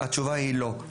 התשובה היא לא.